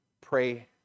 pray